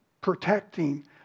protecting